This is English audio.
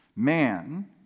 Man